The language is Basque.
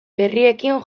berriekin